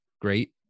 great